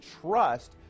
trust